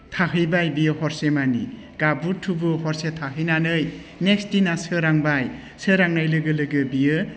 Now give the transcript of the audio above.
थाहैबाय बेयाव हरसेमानि गाबु थुबु हरसे थाहैनानै नेक्स दिना सोरांबाय सोरांनाय लोगो लोगो बियो